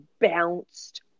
bounced